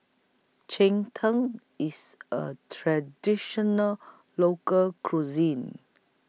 Cheng Tng IS A Traditional Local Cuisine